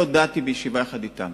אני הודעתי בישיבה יחד אתם,